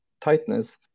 tightness